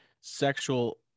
sexual